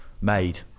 made